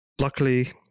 luckily